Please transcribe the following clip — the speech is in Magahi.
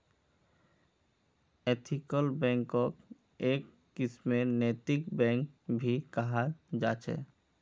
एथिकल बैंकक् एक किस्मेर नैतिक बैंक भी कहाल जा छे